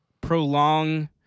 prolong